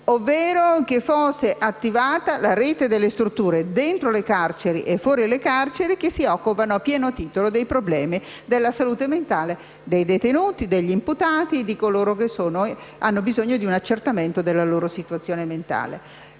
ovvero che fosse attivata la rete delle strutture, dentro e fuori le carceri, che si occupano a pieno titolo dei problemi della salute mentale dei detenuti, degli imputati e di coloro che hanno bisogno di un accertamento della loro situazione mentale.